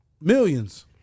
millions